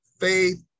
Faith